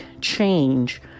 change